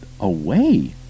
away